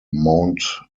mount